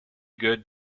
good